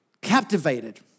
captivated